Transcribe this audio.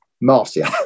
Marcia